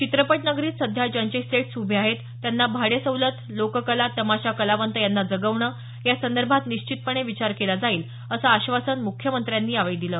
चित्रपटनगरीत सध्या ज्यांचे सेट्स उभे आहेत त्यांना भाडे सवलत लोककला तमाशा कलावंत यांना जगवणं यासंदर्भात निश्चितपणे विचार केला जाईल असं आश्वासन मुख्यमंत्र्यांनी यावेळी दिलं